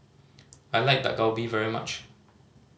I like Dak Galbi very much